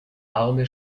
arme